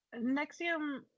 Nexium